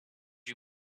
you